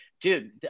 Dude